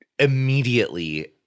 immediately